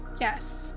yes